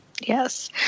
Yes